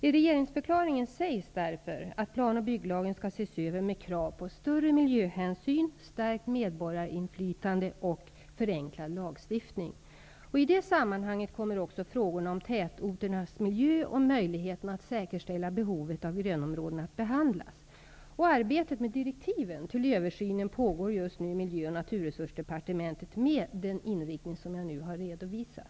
I regeringsförklaringen sägs därför att plan och bygglagen skall ses över med krav på större miljöhänsyn, stärkt medborgarinflytande och förenklad lagstiftning. I det sammanhanget kommer också frågorna om tätorternas miljö och möjligheterna att säkerställa behovet av grönområden att behandlas. Arbetet med direktiven till översynen pågår just nu i miljö och naturresursdepartementet med den inriktning som jag nu har redovisat.